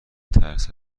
ترس